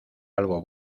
algo